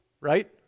right